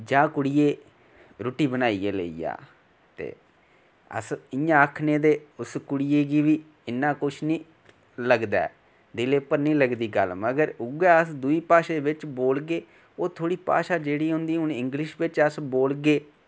जा कुड़िये रुट्टी बनाइयै लेई आ ते अस इया आखनें ते कुड़िये गी बी इयां कुछ नि लगदा ऐ दिलै पर निं लगदी गल्ल उयै अस दूई भाशा बेच बोलगे ओह् थोड़ी भाशा इंगलिश बिच अस बोलगे